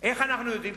איך אנחנו יודעים?